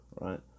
right